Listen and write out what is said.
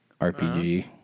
RPG